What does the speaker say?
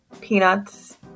peanuts